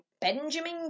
Benjamin